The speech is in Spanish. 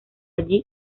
allí